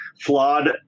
flawed